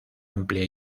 amplia